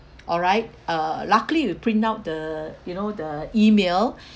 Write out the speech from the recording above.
all right uh luckily we print out the you know the email